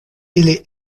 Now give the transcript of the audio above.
ili